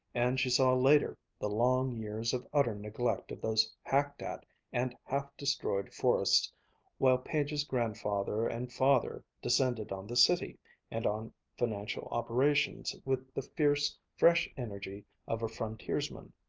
and she saw later, the long years of utter neglect of those hacked-at and half-destroyed forests while page's grandfather and father descended on the city and on financial operations with the fierce, fresh energy of frontiersmen.